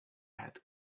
had